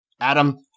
Adam